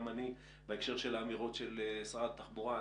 אני בהקשר של האמירות של שרת התחבורה.